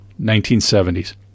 1970s